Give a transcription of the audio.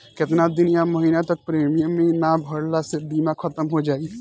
केतना दिन या महीना तक प्रीमियम ना भरला से बीमा ख़तम हो जायी?